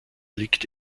liegt